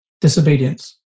disobedience